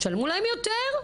תשלמו להם יותר,